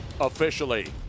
officially